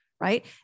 right